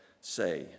say